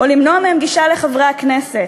או למנוע מהם גישה לחברי הכנסת.